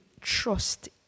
trust